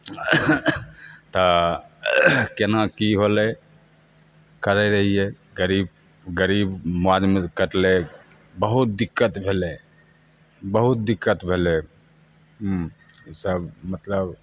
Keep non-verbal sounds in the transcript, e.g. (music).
तऽ केना की होलै करै रहियै करीब गरीब (unintelligible) बहुत दिक्कत भेलै बहुत दिक्कत भेलै सब मतलब